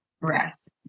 rest